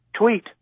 tweet